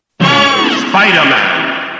Spider-Man